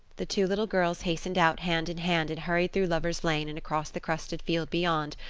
the two little girls hastened out hand in hand and hurried through lover's lane and across the crusted field beyond,